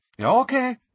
Okay